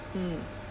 mm